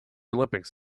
olympics